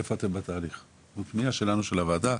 של הוועדה,